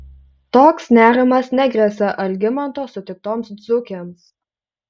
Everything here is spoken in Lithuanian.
toks nerimas negresia algimanto sutiktoms dzūkėms